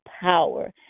power